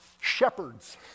shepherds